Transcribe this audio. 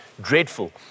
Dreadful